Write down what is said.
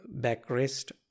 backrest